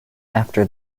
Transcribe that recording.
after